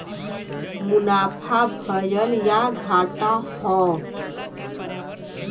मुनाफा भयल या घाटा हौ